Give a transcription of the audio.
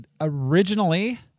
Originally